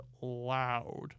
loud